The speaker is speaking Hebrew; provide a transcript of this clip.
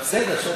אין שר?